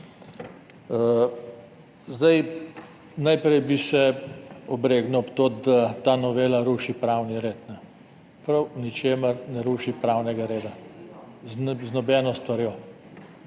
Najprej bi se obregnil ob to, da ta novela ruši pravni red. Prav v ničemer ne ruši pravnega reda, z nobeno stvarjo,